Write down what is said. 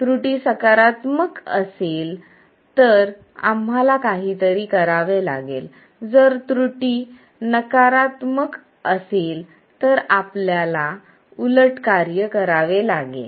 जर त्रुटी सकारात्मक असेल तर आम्हाला काहीतरी करावे लागेल जर त्रुटी नकारात्मक असेल तर आपल्याला उलट कार्य करावे लागेल